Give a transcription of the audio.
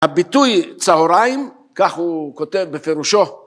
‫הביטוי צהריים, כך הוא כותב בפירושו.